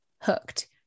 hooked